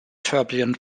turbulent